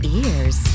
ears